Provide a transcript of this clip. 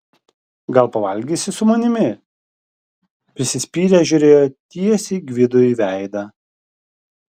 gal pavalgysi su manimi prisispyręs žiūrėjo tiesiai gvidui į veidą